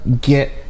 get